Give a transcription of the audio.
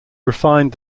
refined